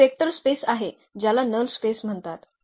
ही vector space आहे ज्याला null space म्हणतात